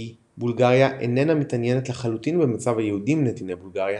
כי "בולגריה איננה מתעניינת לחלוטין במצב היהודים נתיני בולגריה,